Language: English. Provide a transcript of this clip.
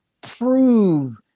prove